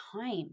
time